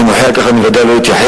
אני מוחה על כך ואני בוודאי לא אתייחס.